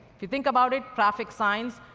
if you think about it traffic signs,